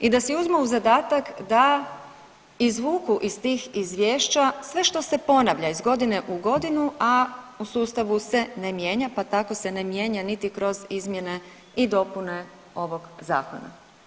I da si uzmu u zadatak da izvuku iz tih izvješća sve što se ponavlja iz godine u godinu, a u sustavu se ne mijenja pa tako se ne mijenja niti kroz izmjene i dopune ovog zakona.